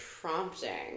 prompting